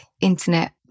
internet